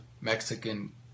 Mexican